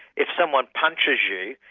if someone punches you,